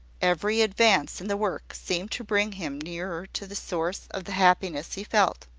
every advance in the work seemed to bring him nearer to the source of the happiness he felt.